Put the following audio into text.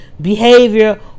behavior